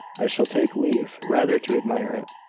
i shall take leave rather to admire it.